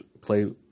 play